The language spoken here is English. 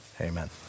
amen